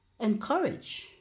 encourage